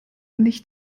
nicht